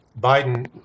Biden